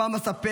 הפעם אספר